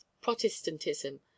protestantism